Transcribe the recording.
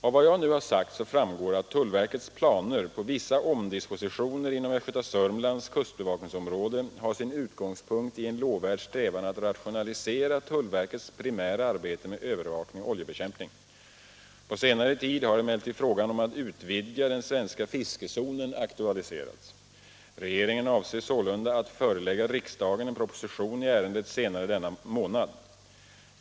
Av vad jag nu sagt framgår att tullverkets planer på vissa omdispositioner inom Östgöta-Sörmlands kustbevakningsområde har sin utgångspunkt i en lovvärd strävan att rationalisera tullverkets primära arbete med övervakning och oljebekämpning. På senare tid har emellertid frågan om att utvidga den svenska fiskezonen aktualiserats. Regeringen avser sålunda att förelägga riksdagen en proposition i ärendet senare denna — Nr 76 månad.